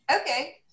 okay